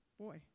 boy